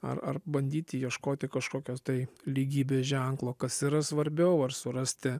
ar ar bandyti ieškoti kažkokios tai lygybės ženklo kas yra svarbiau ar surasti